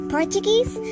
Portuguese